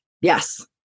Yes